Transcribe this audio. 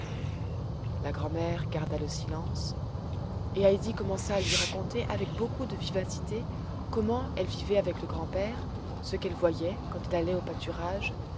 la grand'mère garda le silence et heidi commença à lui raconter avec beaucoup de vivacité comment elle vivait avec le grand-père ce qu'elle voyait quand elle allait au pâturage